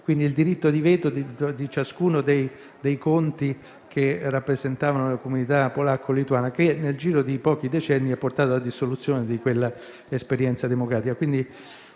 cioè il diritto di veto di ciascuno dei conti che rappresentavano le comunità polacca e lituana, che nel giro di pochi decenni ha portato alla dissoluzione di quella esperienza democratica.